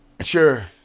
Sure